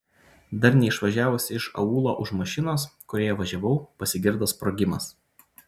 dar neišvažiavus iš aūlo už mašinos kurioje važiavau pasigirdo sprogimas